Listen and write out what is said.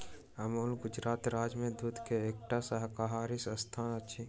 अमूल गुजरात राज्य में दूध के एकटा सहकारी संस्थान अछि